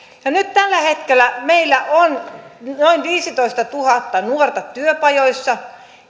nyt tällä hetkellä meillä on noin viisitoistatuhatta nuorta työpajoissa